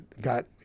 got